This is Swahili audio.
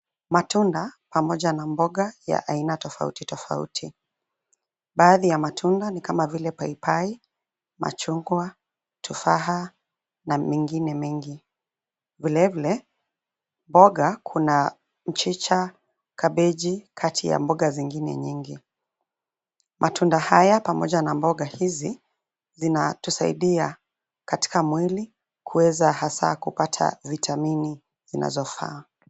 Matunda pamoja na mboga ya aina tofauti tofauti. Baadhi ya matunda ni kama vile papai, machungwa, tufaha na mengine mengi. Vile vile mboga kuna mchicha, kabiji kati ya mboga zingine nyingi. Matunda haya pamoja na mboga hizi zinatusaidia katika mwili kuweza hasa kupata vitamini zinazofaa.